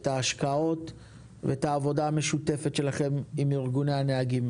את ההשקעות ואת העבודה המשותפת שלכם עם ארגוני הנהגים.